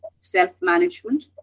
self-management